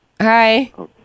Hi